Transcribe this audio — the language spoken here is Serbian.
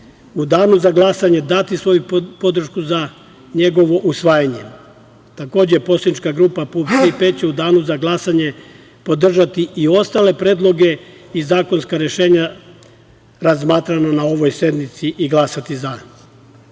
u danu za glasanje dati svoju podršku za njegovo usvajanje. Takođe, poslanička grupa PUPS – „Tri P“, će u danu za glasanje podržati i ostale predloge i zakonska rešenja razmatrana na ovoj sednici i glasati